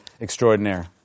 extraordinaire